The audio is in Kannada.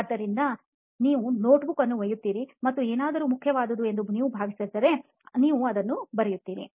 ಆದ್ದರಿಂದ ನೀವು ನೋಟ್ಬುಕ್ ಅನ್ನು ಒಯ್ಯುತ್ತೀರಿ ಮತ್ತು ಏನಾದರೂ ಮುಖ್ಯವಾದುದು ಎಂದು ನೀವು ಭಾವಿಸಿದರೆ ನೀವು ಅದನ್ನು ಬರೆಯುತ್ತೀರಿ